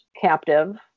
captive